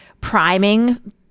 priming